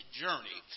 journey